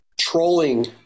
trolling